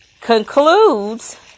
concludes